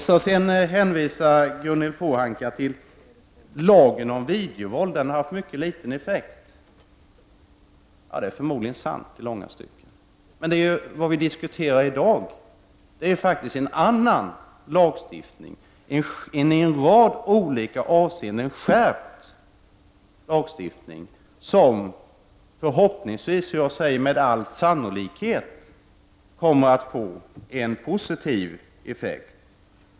Sedan hänvisade Ragnhild Pohanka till lagen om videovåld, och hon sade att den har haft mycket liten effekt. Det är förmodligen sant. Men vad vi i dag diskuterar är faktiskt en annan lagstiftning, som i en rad olika avseenden innebär en skärpning och som förhoppningsvis, och med all sannolikhet, kommer att få en positiv effekt.